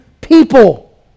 people